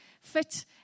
fit